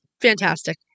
fantastic